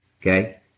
Okay